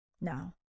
no